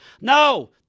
no